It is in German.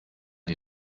die